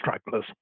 stragglers